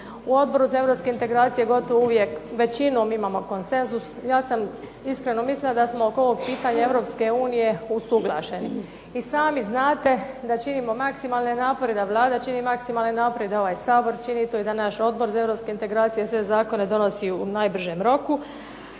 u Odboru za europske integracije gotovo uvijek većinom imamo konsenzus. Ja sam iskreno mislila da smo oko ovog pitanja Europske unije usuglašeni. I sami znate da činimo maksimalne napore, da Vlada čini maksimalne napore i da ovaj Sabor čini i to da naš Odbor za europske integracije sve zakone donosi u najbržem roku.